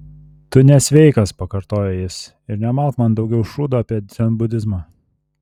tu nesveikas pakartojo jis ir nemalk man daugiau šūdo apie dzenbudizmą